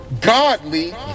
godly